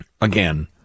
again